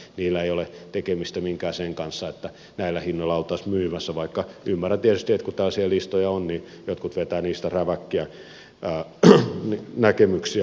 niillä ei ole mitään tekemistä sen kanssa että näillä hinnoilla oltaisiin myymässä vaikka ymmärrän tietysti että kun tällaisia listoja on niin jotkut vetävät niistä räväkkiä näkemyksiä